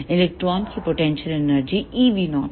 electron की potential energy eV0 है